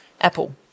Apple